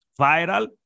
viral